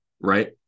right